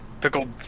Pickled